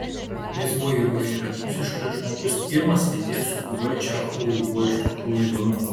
jis buvo įvairiapusiškas žmogus pirmas leidėjas su kuriuo čechovui buvo iš tikrųjų įdomu